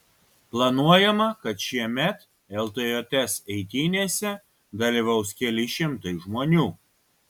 planuojama kad šiemet ltjs eitynėse dalyvaus keli šimtai žmonių